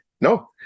No